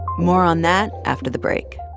more on that after the break